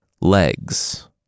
Legs